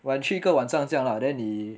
晚去一个晚上这样啦 then 你